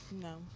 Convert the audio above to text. No